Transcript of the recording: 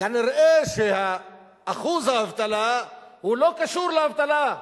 כנראה אחוז האבטלה לא קשור לאבטלה,